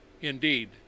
indeed